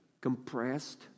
compressed